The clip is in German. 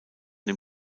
dem